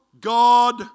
God